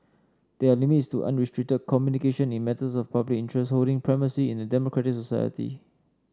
there are limits to unrestricted communication in matters of public interest holding primacy in a democratic society